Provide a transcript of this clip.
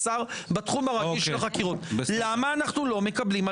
האם עכשיו המשטרה צריכה לדווח לחקירות ספציפיות מה הגבולות בעניין